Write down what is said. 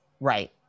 right